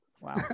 Wow